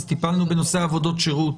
אז טיפלנו בנושא עבודות שירות.